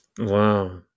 Wow